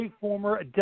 former